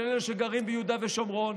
לאלה שגרים ביהודה ושומרון,